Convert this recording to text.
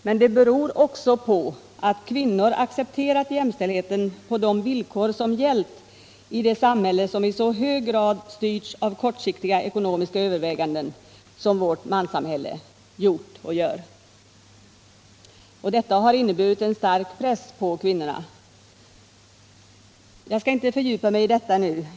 Men det beror också på att kvinnorna har accepterat jämställdheten på de villkor som gällt i det samhälle som i så hög grad styrts av kortsiktiga ekonomiska överväganden som vårt manssamhälle har gjort och gör. Och detta har inneburit en stark press på kvinnorna. Jag skall inte fördjupa mig i den saken nu.